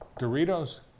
Doritos